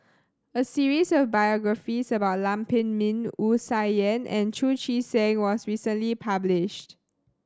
a series of biographies about Lam Pin Min Wu Tsai Yen and Chu Chee Seng was recently published